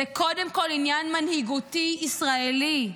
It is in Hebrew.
זה קודם כול עניין מנהיגותי ישראלי.